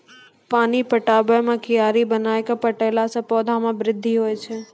पानी पटाबै मे कियारी बनाय कै पठैला से पौधा मे बृद्धि होय छै?